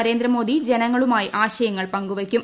നരേന്ദ്രമോദി ജനങ്ങളുമായി ആശയങ്ങൾ പങ്കുവയ്ക്കും